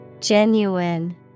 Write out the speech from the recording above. Genuine